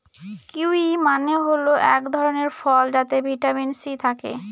kiwi মানে হল এক ধরনের ফল যাতে ভিটামিন সি থাকে